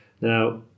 Now